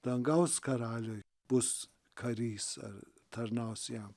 dangaus karaliui bus karys ar tarnaus jam